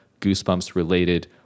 Goosebumps-related